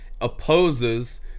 opposes